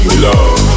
Love